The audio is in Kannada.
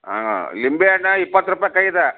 ಹಾಂ ಲಿಂಬೆಹಣ್ಣ ಇಪ್ಪತ್ತು ರೂಪಾಯ್ಗ್ ಐದು